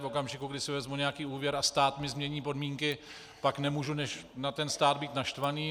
V okamžiku, kdy si vezmu nějaký úvěr a stát mi změní podmínky, pak nemůžu než na ten stát být naštvaný.